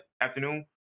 afternoon